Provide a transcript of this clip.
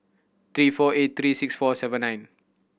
three four eight three six four seven nine